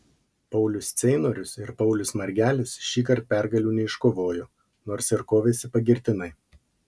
paulius ceinorius ir paulius margelis šįkart pergalių neiškovojo nors ir kovėsi pagirtinai